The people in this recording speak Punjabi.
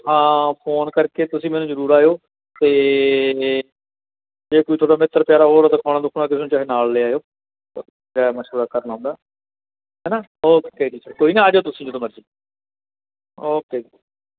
ਹਾਂ ਫੋਨ ਕਰਕੇ ਤੁਸੀਂ ਮੈਨੂੰ ਜ਼ਰੂਰ ਆਇਓ ਅਤੇ ਜੇ ਕੋਈ ਤੁਹਾਡਾ ਮਿੱਤਰ ਪਿਆਰਾ ਹੋਰ ਦਿਖਾਉਣਾ ਦਖੂਣਾ ਕਿਸੇ ਨੂੰ ਚਾਹੇ ਨਾਲ ਲੈ ਆਇਓ ਰਾਏ ਮਸ਼ਵਰਾ ਕਰਨਾ ਹੁੰਦਾ ਹੈ ਨਾ ਓਕੇ ਜੀ ਕੋਈ ਨਾ ਆ ਜਿਓ ਤੁਸੀਂ ਜਦੋਂ ਮਰਜ਼ੀ ਓਕੇ ਜੀ